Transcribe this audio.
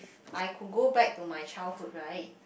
I could go back to my childhood right